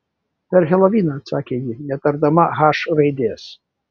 per heloviną atsakė ji netardama h raidės